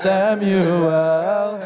Samuel